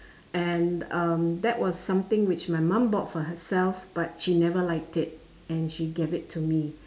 and um that was something which my mom bought for herself but she never liked it and she gave it to me